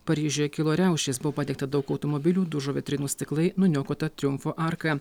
paryžiuje kilo riaušės buvo padegta daug automobilių dužo vitrinų stiklai nuniokota triumfo arka